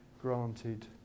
granted